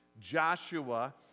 Joshua